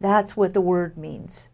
that's what the word means